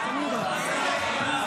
לא נתקבלה 49